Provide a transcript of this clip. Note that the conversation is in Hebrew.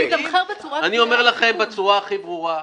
אני אומר לכן בצורה ברורה: